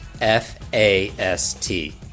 F-A-S-T